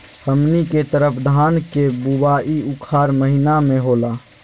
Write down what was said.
हमनी के तरफ धान के बुवाई उखाड़ महीना में होला